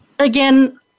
Again